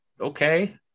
okay